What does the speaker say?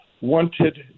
wanted